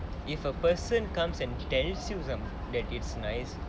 if a person comes and tells you some that it's nice